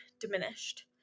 diminished